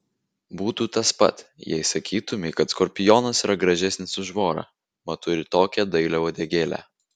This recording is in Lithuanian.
būtų tas pat jei sakytumei kad skorpionas yra gražesnis už vorą mat turi tokią dailią uodegėlę